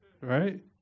right